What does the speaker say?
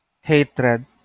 hatred